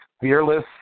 fearless